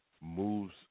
moves